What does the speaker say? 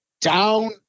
down